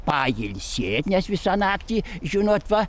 pailsėt nes visą naktį žinot va